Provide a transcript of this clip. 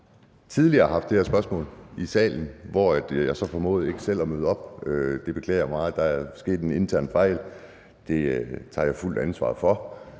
tidligere har haft det her spørgsmål i salen, hvor jeg så formåede ikke selv at møde op. Det beklager jeg meget. Der var sket en intern fejl, og det tager jeg det fulde ansvar for.